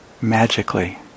magically